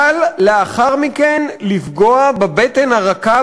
קל לאחר מכן לפגוע בבטן הרכה,